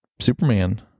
Superman